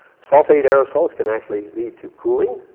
sulfate aerosols can actually lead to cooling.